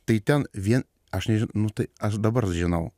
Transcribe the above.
tai ten vien aš ne nu tai aš dabar žinau